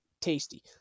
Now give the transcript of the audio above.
Tasty